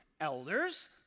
elders